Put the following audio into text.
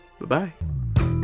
Bye-bye